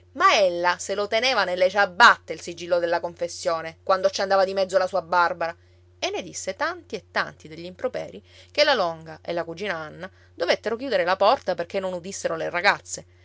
ma ella se lo teneva nelle ciabatte il sigillo della confessione quando ci andava di mezzo la sua barbara e ne disse tanti e tanti degli improperi che la longa e la cugina anna dovettero chiudere la porta perché non udissero le ragazze